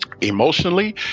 emotionally